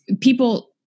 people